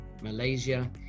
Malaysia